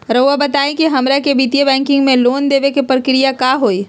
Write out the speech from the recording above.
रहुआ बताएं कि हमरा के वित्तीय बैंकिंग में लोन दे बे के प्रक्रिया का होई?